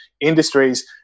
industries